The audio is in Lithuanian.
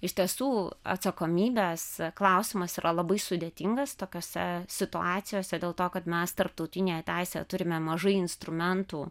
iš tiesų atsakomybės klausimas yra labai sudėtingas tokiose situacijose dėl to kad mes tarptautinėje teisėje turime mažai instrumentų